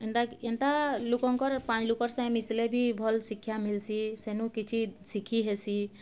ଏନ୍ତା ଏନ୍ତା ଲୋକଙ୍କର ପାଞ୍ଚ୍ ଲୋକର୍ ସାଙ୍ଗେ ମିଶ୍ଲେ ବି ଭଲ୍ ଶିକ୍ଷା ମିଲ୍ସି ସେନୁ କିଛି ଶିଖିହେସି